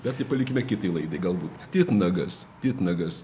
na tai palikime kitai laidai galbūt titnagas titnagas